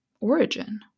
origin